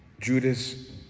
Judas